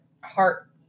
heart